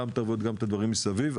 גם את הדברים מסביב,